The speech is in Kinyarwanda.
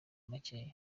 makeya